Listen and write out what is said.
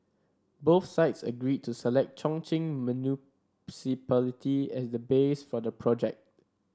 both sides agreed to select Chongqing Municipality as the base for the project